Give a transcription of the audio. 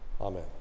Amen